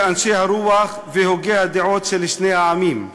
אנשי הרוח והוגי הדעות של שני העמים,